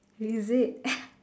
is it